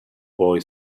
boy